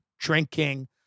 drinking